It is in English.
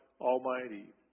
Almighty